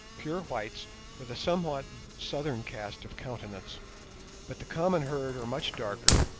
pure whites with a somewhat southern cast of countenance but the common herd are much darker,